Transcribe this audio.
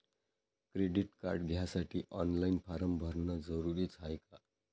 Credit card घ्यासाठी online form भरन जरुरीच हाय का?